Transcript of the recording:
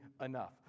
enough